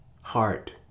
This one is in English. heart